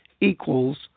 equals